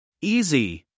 Easy